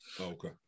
okay